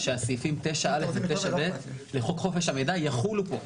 שהסעיפים 9א עד 9 ב לחוק חופש המידע יחולו פה.